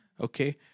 Okay